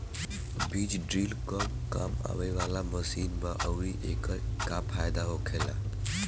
बीज ड्रील कब काम आवे वाला मशीन बा आऊर एकर का फायदा होखेला?